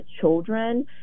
children